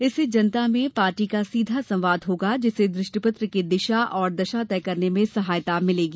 इससे जनता में पार्टी का सीधा संवाद होगा जिससे दृष्टि पत्र की दिशा और दशा तय करने में सहायता मिलेगी